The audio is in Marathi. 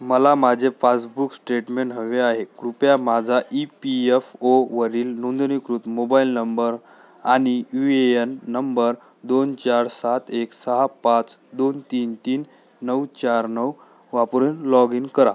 मला माझे पासबुक स्टेटमेंट हवे आहे कृपया माझा ई पी यफ ओवरील नोंदणीकृत मोबाईल नंबर आणि यू ए एन नंबर दोन चार सात एक सहा पाच दोन तीन तीन नऊ चार नऊ वापरून लॉग इन करा